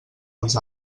els